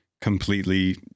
completely